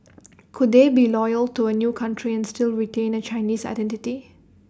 could they be loyal to A new country and still retain A Chinese identity